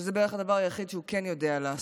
שזה בערך הדבר היחיד שהוא כן יודע לעשות,